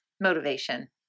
motivation